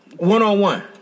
one-on-one